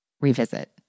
revisit